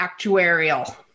actuarial